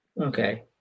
Okay